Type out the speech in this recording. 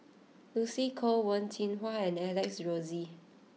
Lucy Koh Wen Jinhua and Alex Josey